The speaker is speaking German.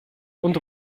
und